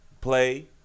play